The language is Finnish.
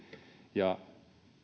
ja